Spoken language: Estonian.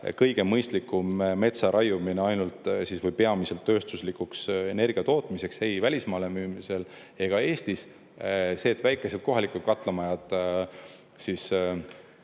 kõige mõistlikum metsa raiumine ainult või peamiselt tööstuslikuks energiatootmiseks, ei välismaale ega Eestis müümiseks. See, et väikesed, kohalikud katlamajad